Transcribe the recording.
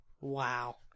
Wow